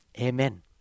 Amen